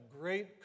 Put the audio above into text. great